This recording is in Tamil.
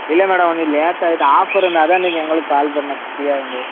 இல்லை மேடம் கொஞ்சம் லேட் ஆகிட்டு ஆஃபர் இருந்து அதான் இன்றைக்கி உங்களுக்கு கால் பண்ணிணேன் ஃப்ரீயாக இருந்து